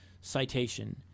citation